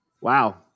Wow